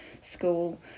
school